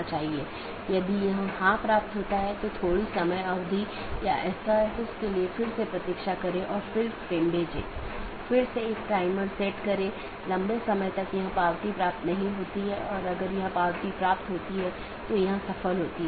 इसलिए यदि यह बिना मान्यता प्राप्त वैकल्पिक विशेषता सकर्मक विशेषता है इसका मतलब है यह बिना किसी विश्लेषण के सहकर्मी को प्रेषित किया जा रहा है